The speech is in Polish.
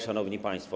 Szanowni Państwo!